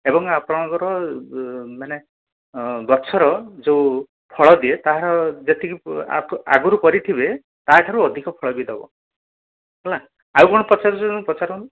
ଏବଂ ଆପଣଙ୍କର ମାନେ ଗଛର ଯେଉଁ ଫଳ ଦିଏ ତାହାର ଯେତିକି ଆଗରୁ କରିଥିବେ ତାଠୁ ଅଧିକ ଫଳ ବି ଦେବ ହେଲା ଏବଂ ଆଉ କ'ଣ ପଚାରୁଛନ୍ତି ପଚାରନ୍ତୁ